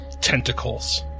tentacles